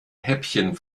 häppchen